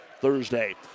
Thursday